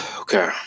Okay